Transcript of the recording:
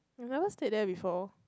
you never stayed there before